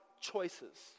choices